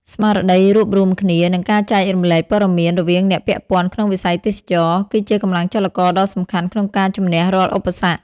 ស្មារតីរួបរួមគ្នា និងការចែករំលែកព័ត៌មានរវាងអ្នកពាក់ព័ន្ធក្នុងវិស័យទេសចរណ៍ គឺជាកម្លាំងចលករដ៏សំខាន់ក្នុងការជំនះរាល់ឧបសគ្គ។